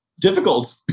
Difficult